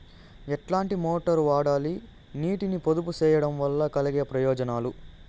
ఎట్లాంటి మోటారు వాడాలి, నీటిని పొదుపు సేయడం వల్ల కలిగే ప్రయోజనాలు?